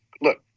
look